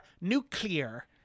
nuclear